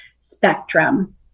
spectrum